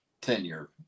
tenure